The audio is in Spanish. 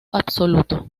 absoluto